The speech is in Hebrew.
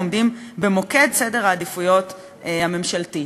עומד במוקד סדר העדיפויות הממשלתי.